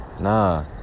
Nah